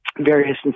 various